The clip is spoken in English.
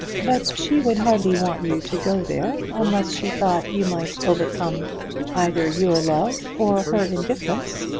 but she would hardly want you to go there unless she thought you might overcome either your love or her indifference.